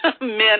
men